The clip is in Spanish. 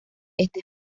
este